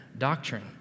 doctrine